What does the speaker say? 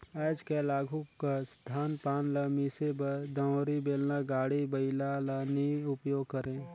आएज काएल आघु कस धान पान ल मिसे बर दउंरी, बेलना, गाड़ी बइला ल नी उपियोग करे